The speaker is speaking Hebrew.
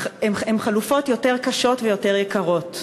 הן חלופות יותר קשות ויותר יקרות,